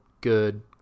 Good